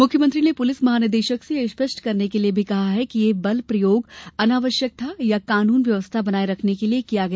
मुख्यमंत्री ने पुलिस महानिदेशक से यह स्पष्ट करने के लिए भी कहा है कि यह बलप्रयोग अनावश्यक था या कानन व्यवस्था बनाए रखने के लिए किया गया